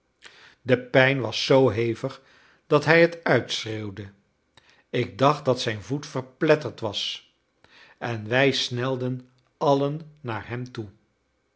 de pijn was zoo hevig dat hij het uitschreeuwde ik dacht dat zijn voet verpletterd was en wij snelden allen naar hem toe